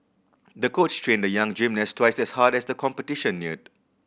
the coach trained the young gymnast twice as hard as the competition neared